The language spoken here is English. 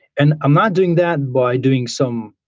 and i'm not doing that by doing some